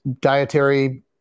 dietary